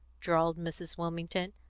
drawled mrs. wilmington.